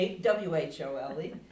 W-H-O-L-E